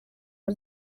ngo